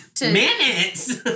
Minutes